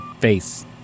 face